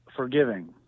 Forgiving